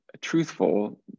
truthful